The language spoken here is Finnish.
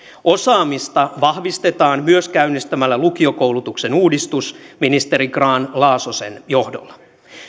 osaamista vahvistetaan myös käynnistämällä lukiokoulutuksen uudistus ministeri grahn laasosen johdolla